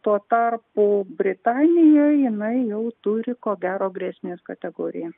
tuo tarpu britanijoj jinai jau turi ko gero grėsmės kategoriją